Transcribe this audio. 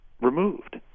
removed